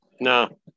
No